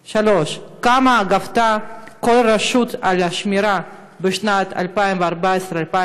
3. כמה גבתה כל רשות על שמירה בשנים 2015-2014?